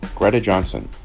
greta johnsen,